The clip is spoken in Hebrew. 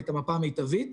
ואת המפה המיטבית.